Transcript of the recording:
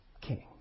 king